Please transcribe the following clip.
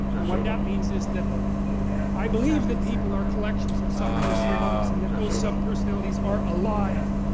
and what that means is that i believe that people are collections of sub-personalities, and that those sub-personalities are alive.